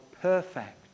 perfect